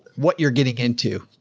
what you're getting into.